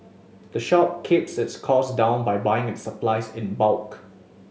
the shop keeps its costs down by buying its supplies in bulk